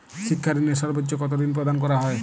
শিক্ষা ঋণে সর্বোচ্চ কতো ঋণ প্রদান করা হয়?